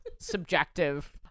subjective